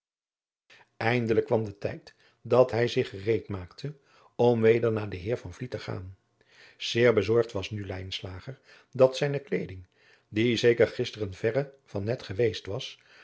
eindelijk kwam de tijd dat hij zich gereed maakte om weder naar den heer van vliet te gaan zeer bezorgd was nu lijnslager dat zijne kleeding die zeker gisteren verre van net geweest was